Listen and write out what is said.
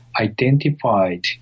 Identified